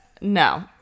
No